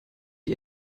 die